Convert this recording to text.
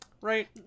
Right